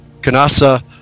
Kanasa